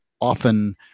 often